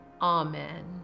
Amen